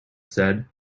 said